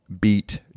beat